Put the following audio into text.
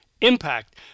impact